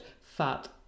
fat